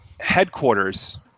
headquarters